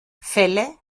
fälle